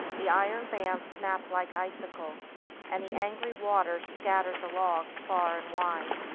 the iron bands snapped like icicles and the angry waters scattered the logs far and wide.